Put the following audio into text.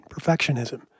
perfectionism